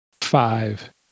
Five